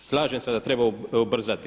Slažem se da treba ubrzati.